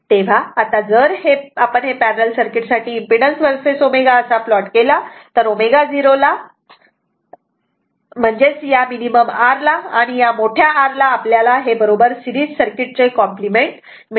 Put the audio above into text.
तेव्हा आता जर आपण हे पॅरलल सर्किट साठी इम्पीडन्स वर्सेस ω असा प्लॉट केला तर ω0 ला म्हणजेच या मिनिमम R ला आणि या मोठ्या R ला आपल्याला हे बरोबर सिरीज सर्किट चे कॉम्प्लिमेंट मिळते